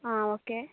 okay